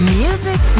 music